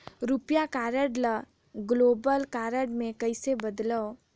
रुपिया कारड ल global card मे कइसे बदलव?